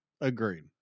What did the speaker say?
Agreed